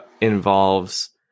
involves